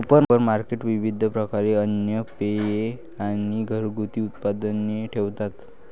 supermarket विविध प्रकारचे अन्न, पेये आणि घरगुती उत्पादने ठेवतात